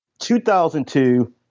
2002